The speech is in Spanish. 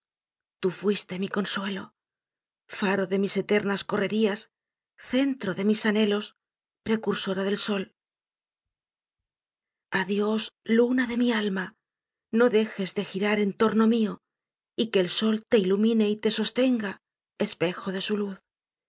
tú fuiste mi consuelo faro de mis eternas correrías centro de mis anhelos precursora del sol adiós luna de mi alma no dejes de girar en torno mío y que el sol te ilumine y te sostenga espejo de su luz